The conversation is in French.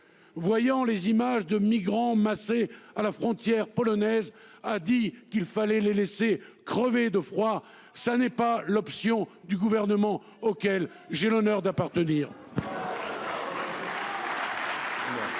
voyant les images de migrants massés à la frontière polonaise, a dit qu'il fallait les laisser crever de froid. Ce n'est pas l'option retenue par le Gouvernement auquel j'ai l'honneur d'appartenir.